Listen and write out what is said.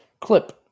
clip